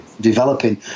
developing